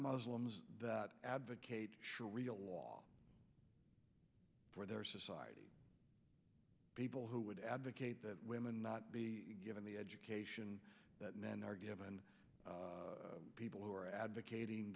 muslims that advocate shari'a law for their society people who would advocate that women not be given the education that men are given people who are advocating